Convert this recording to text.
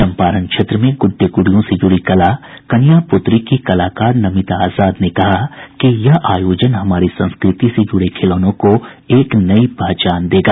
चंपारण क्षेत्र में गुड्डे गुड़ियों से जुड़ी कला कनिया पुतरी की कलाकार नमिता आजाद ने कहा कि यह आयोजन हमारी संस्कृति से जुड़े खिलौनों को एक नहीं पहचान देगा